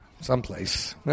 someplace